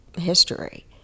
history